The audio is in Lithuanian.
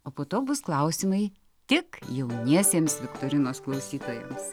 o po to bus klausimai tik jauniesiems viktorinos klausytojams